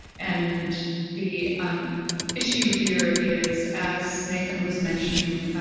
and the um issue here is, as nathan was mentioning,